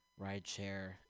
rideshare